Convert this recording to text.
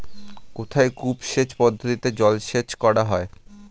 কোথায় কূপ সেচ পদ্ধতিতে জলসেচ করা হয়?